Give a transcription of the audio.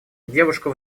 девушка